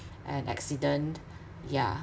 and accident yeah